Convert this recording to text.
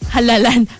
Halalan